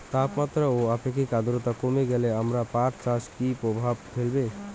তাপমাত্রা ও আপেক্ষিক আদ্রর্তা কমে গেলে আমার পাট চাষে কী প্রভাব ফেলবে?